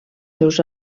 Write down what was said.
seus